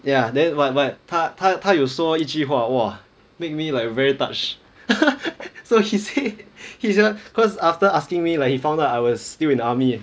ya then but but 他他他有说一句话 !wah! make me like very touched so he say he just cause after asking me like he found out I was still in army